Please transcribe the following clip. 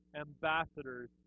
ambassadors